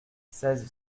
seize